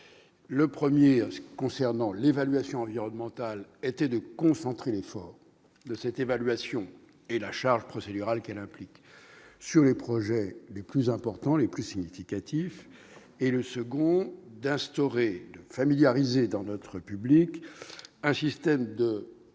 : le 1er concernant l'évaluation environnementale était de concentrer l'effort de cette évaluation et la charge procédural qu'elle implique sur les projets les plus importants, les plus significatifs et le second d'instaurer familiariser dans notre public, un système de